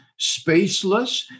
spaceless